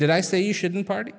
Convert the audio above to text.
did i say you shouldn't party